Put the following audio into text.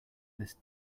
this